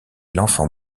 l’enfant